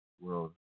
world